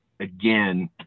Again